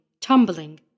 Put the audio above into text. tumbling